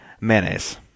mayonnaise